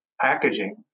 packaging